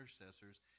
intercessors